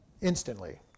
instantly